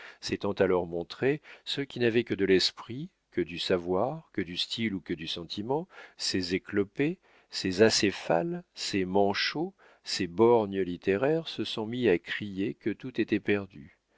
s'étant alors montrés ceux qui n'avaient que de l'esprit que du savoir que du style ou que du sentiment ces éclopés ces acéphales ces manchots ces borgnes littéraires se sont mis à crier que tout était perdu